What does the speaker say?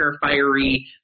fiery